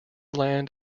land